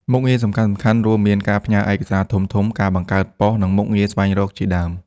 មុខងារសំខាន់ៗរួមមាន ការផ្ញើឯកសារធំៗ ការបង្កើតប៉ុស្តិ៍ និងមុខងារស្វែងរកជាដើម។